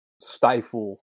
stifle